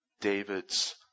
David's